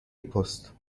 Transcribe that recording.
پست